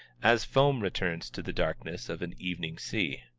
as foam returns to the darkness of an evening sea.